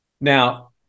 now